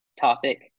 topic